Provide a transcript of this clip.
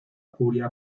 curia